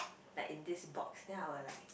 that in this box then I would like